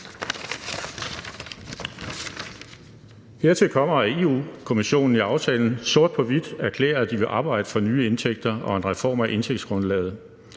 Hertil kommer, at Europa-Kommissionen i aftalen sort på hvidt erklærer, at de vil arbejde for nye indtægter og en reform af indtægtsgrundlaget.